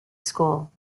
school